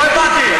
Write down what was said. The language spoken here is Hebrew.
לא הבנתי.